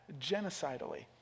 genocidally